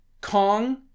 Kong